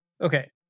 Okay